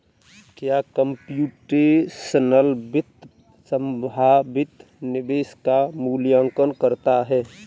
क्या कंप्यूटेशनल वित्त संभावित निवेश का मूल्यांकन करता है?